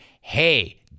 hey